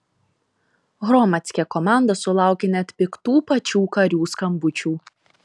hromadske komanda sulaukė net piktų pačių karių skambučių